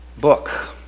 book